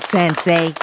Sensei